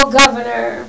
governor